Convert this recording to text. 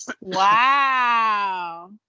Wow